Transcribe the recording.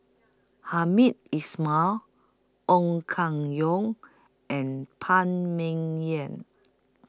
Hamed Ismail Ong Keng Yong and Phan Ming Yen